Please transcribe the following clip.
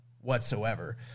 whatsoever